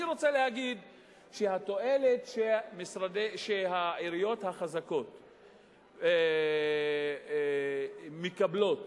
התועלת שהעיריות החזקות מקבלות,